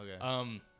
Okay